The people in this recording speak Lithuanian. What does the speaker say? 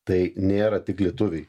tai nėra tik lietuviai